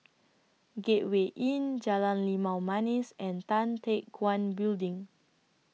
Gateway Inn Jalan Limau Manis and Tan Teck Guan Building